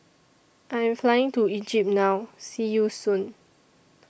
I Am Flying to Egypt now See YOU Soon